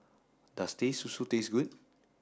does Teh Susu taste good